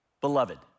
Beloved